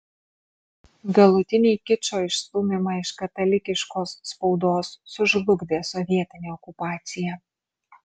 galutinį kičo išstūmimą iš katalikiškos spaudos sužlugdė sovietinė okupacija